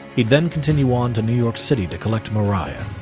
he'd then continue on to new york city to collect maria.